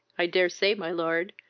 i dare say, my lord,